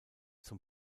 zum